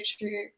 true